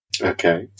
Okay